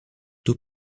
two